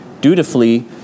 dutifully